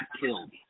killed